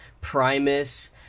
Primus